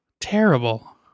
Terrible